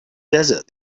desert